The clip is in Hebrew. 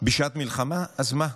בשעת מלחמה, אז מה?